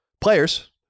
players